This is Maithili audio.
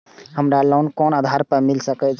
हमरा लोन कोन आधार पर मिल सके छे?